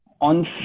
On